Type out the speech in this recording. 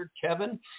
Kevin